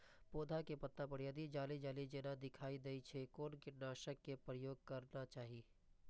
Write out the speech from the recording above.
पोधा के पत्ता पर यदि जाली जाली जेना दिखाई दै छै छै कोन कीटनाशक के प्रयोग करना चाही?